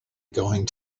going